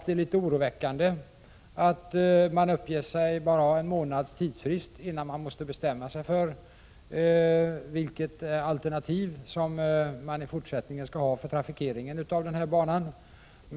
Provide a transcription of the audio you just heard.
Det är oroväckande att det bara skall finnas en månads tidsfrist innan man måste bestämma sig för det alternativ man skall välja för den fortsatta trafikeringen av banan.